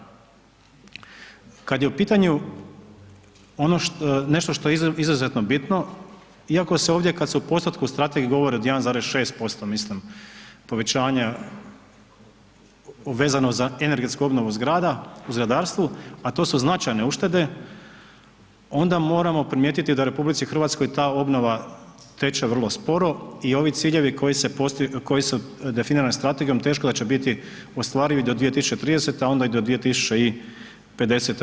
Kad je u pitanju ono što, nešto što je izuzetno bitno iako se ovdje kad se u postotku o strategiji govori od 1,6% mislim povećanja vezano za energetsku obnovu zgrada u zgradarstvu, a to su značajne uštede, onda moramo primijetiti da u RH ta obnova teče vrlo sporo i ovi ciljevi koji su definirani strategijom teško da će biti ostvarivi do 2030., a onda i do 2050.